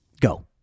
Go